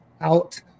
out